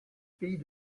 pays